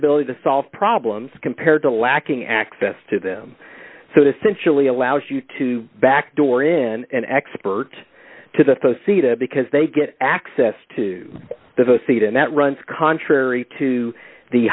ability to solve problems compared to lacking access to them so essentially allows you to backdoor in an expert to see that because they get access to the seat and that runs contrary to the